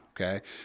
Okay